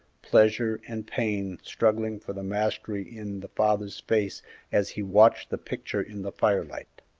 pleasure, and pain struggling for the mastery in the father's face as he watched the picture in the firelight.